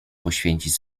poświęcić